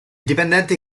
dipendenti